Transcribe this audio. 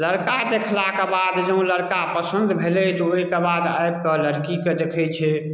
लड़का देखलाके बाद जॅं ओ लड़का पसन्द भेलै तऽ ओहिके बाद आबि कऽ लड़कीके दखै छै